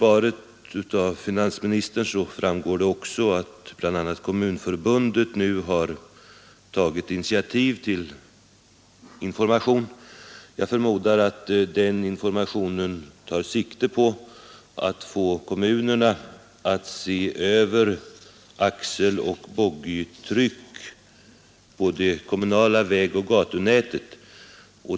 Av finansministerns svar framgår också att bland andra Kommunförbundet nu har tagit initiativ till information. Jag förmodar att den informationen tar sikte på att få kommunerna att se över bestämmelserna om axeloch boggitryck på det kommunala vägoch gatunätet.